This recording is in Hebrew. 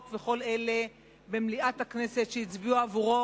וכל אלה במליאת הכנסת שהצביעו עבורו.